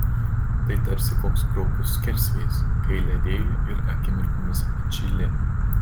tai tarsi koks kraupus skersvėjis kai ledėji ir akimirkomis atšyli